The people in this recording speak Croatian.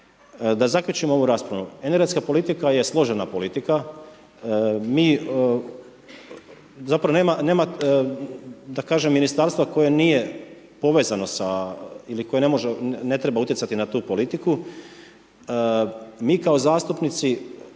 Da zaključim ovu raspravu, energetska politika je složena politika, zapravo nema da kažem ministarstva koje nije povezano i koje ne može i ne treba utjecati na tu politiku. Mi kao zastupnici